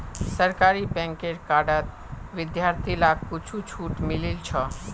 सरकारी बैंकेर कार्डत विद्यार्थि लाक कुछु छूट मिलील छ